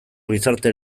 gizarte